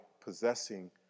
possessing